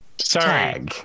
Sorry